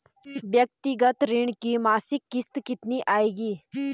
व्यक्तिगत ऋण की मासिक किश्त कितनी आएगी?